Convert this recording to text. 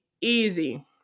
easy